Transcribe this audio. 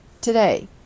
today